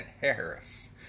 Harris